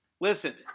Listen